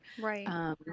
Right